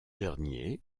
dernier